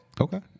okay